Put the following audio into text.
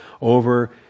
over